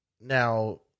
now